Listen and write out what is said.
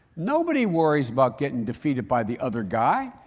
nobody worries about getting defeated by the other guy.